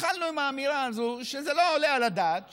התחלנו עם האמירה הזו שזה לא עולה על הדעת,